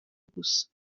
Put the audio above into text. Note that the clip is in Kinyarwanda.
gusa